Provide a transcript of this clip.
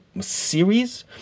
series